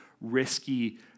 risky